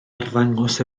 arddangos